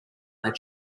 their